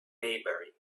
maybury